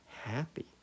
happy